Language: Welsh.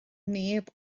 neb